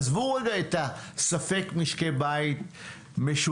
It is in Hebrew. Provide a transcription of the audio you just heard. עזבו רגע את הספק משקי בית משותפים,